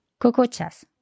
Cocochas